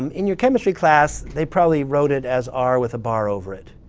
um in your chemistry class, they probably wrote it as r with a bar over it.